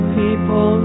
people